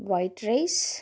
white rice